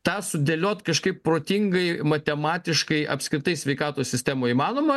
tą sudėliot kažkaip protingai matematiškai apskritai sveikatos sistemoj įmanoma